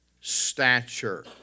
stature